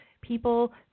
people